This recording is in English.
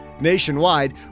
Nationwide